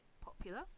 popular